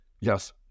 Yes